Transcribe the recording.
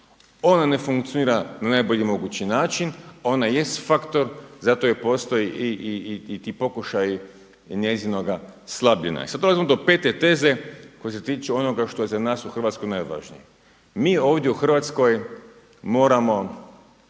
ona ne funkcionira na najbolji mogući način, ona jest faktor zato i postoje ti pokušaji njezinoga slabljenja. I sada dolazimo do pete teze koje se tiču onoga što je za nas u Hrvatskoj najvažnije. Mi ovdje u Hrvatskoj moramo